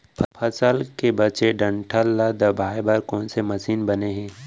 फसल के बचे डंठल ल दबाये बर कोन से मशीन बने हे?